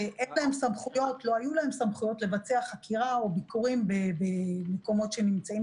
לא היו להם סמכויות לבצע חקירה או ביקורים במקומות שנמצאים